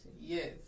Yes